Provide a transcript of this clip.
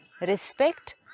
Respect